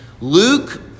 Luke